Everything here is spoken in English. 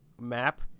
map